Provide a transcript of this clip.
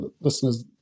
listeners